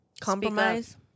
compromise